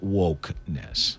wokeness